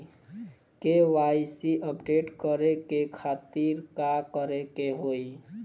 KYC update करे के खातिर का करे के होई?